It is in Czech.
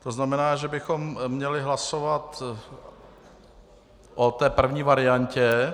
To znamená, že bychom měli hlasovat o té první variantě.